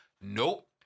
Nope